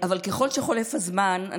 אבל ככל שחולף הזמן,